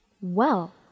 Well